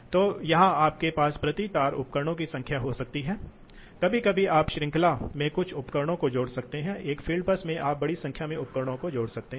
तो अधिकांश समय यह प्रवाह वास्तव में है जब आप 45 से 70 के बीच देखते हैं तो इस समय अधिकतम प्रवाह प्रवाह सीमा के 45 से 70 के भीतर रहता है